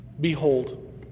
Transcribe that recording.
Behold